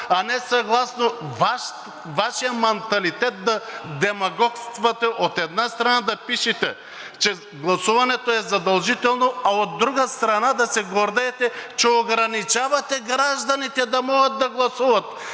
а не съгласно Вашия манталитет да демагогствате. От една страна, да пишете, че гласуването е задължително, а от друга страна, да се гордеете, че ограничавате гражданите да могат да гласуват,